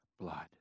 blood